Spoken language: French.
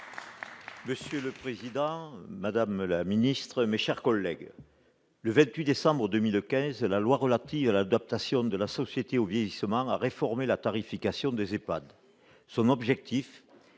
Monsieur le président, madame la ministre, mes chers collègues, le 28 décembre 2015, la loi relative à l'adaptation de la société au vieillissement a réformé la tarification des EHPAD. Son objectif